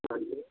हाँ जी